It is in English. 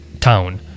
town